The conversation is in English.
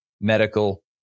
medical